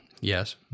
Yes